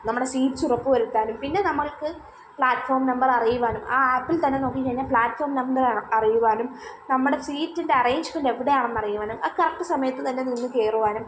നമ്മുടെ സീറ്റ്സ് ഉറപ്പ് വരുത്താനും പിന്നെ നമ്മൾക്ക് പ്ലാറ്റ്ഫോം നമ്പറ് അറിയുവാനും ആ ആപ്പിൽ തന്നെ നോക്കിക്കഴിഞ്ഞാൽ പ്ലാറ്റ്ഫോം നമ്പർ അറിയുവാനും നമ്മുടെ സീറ്റിൻ്റെ അറേയ്ഞ്ച്മെൻ്റ് എവിടെയാണെന്ന് അറിയുവാനും ആ കറക്ട് സമയത്ത് തന്നെ നിന്ന് കയറുവാനും